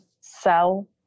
sell